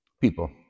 people